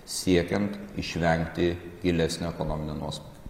siekiant išvengti gilesnio ekonominio nuosmūkio